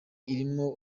irimo